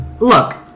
look